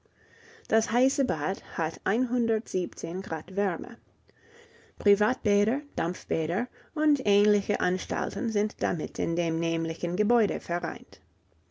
das heiße bad hat einhundertsiebzehn grad wärme privatbäder dampfbäder und ähnliche anstalten sind damit in dem nämlichen gebäude vereint